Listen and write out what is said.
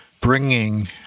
bringing